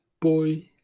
boy